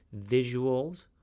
visuals